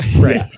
Right